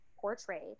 portrayed